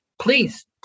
please